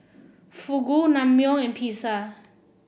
Fugu Naengmyeon and Pizza